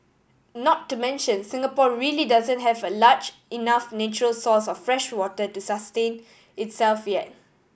not to mention Singapore really doesn't have a large enough natural source of freshwater to sustain itself yet